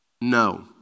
No